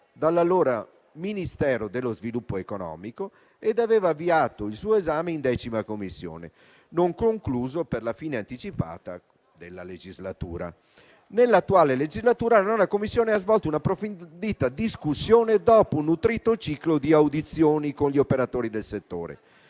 dall'allora Ministero dello sviluppo economico, e ne era stato avviato l'esame in 10a Commissione, non concluso per la fine anticipata della legislatura. Nell'attuale legislatura, la 9a Commissione ha svolto una approfondita discussione dopo un nutrito ciclo di audizioni con gli operatori del settore.